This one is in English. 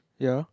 ya